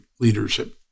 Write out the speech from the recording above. leadership